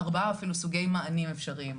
ארבעה אפילו סוגי מענים אפשריים.